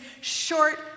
short